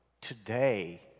today